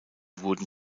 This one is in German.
wurden